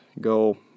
go